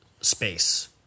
space